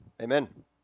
amen